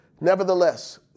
Nevertheless